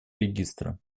регистра